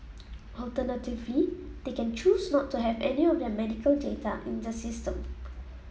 alternatively they can choose not to have any of their medical data in the system